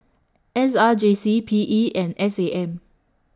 S R J C P E and S A M